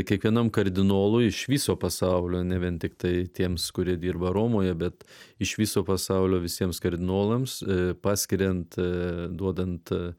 kiekvienam kardinolui iš viso pasaulio ne vien tiktai tiems kurie dirba romoje bet iš viso pasaulio visiems kardinolams paskiriant duodant